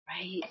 Right